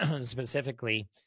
specifically